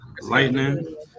Lightning